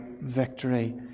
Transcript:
victory